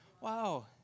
Wow